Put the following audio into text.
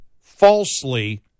falsely